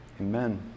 Amen